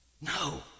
No